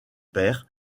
père